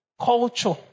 Culture